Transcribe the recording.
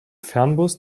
fernbus